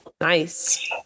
Nice